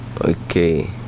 okay